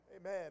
Amen